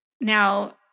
Now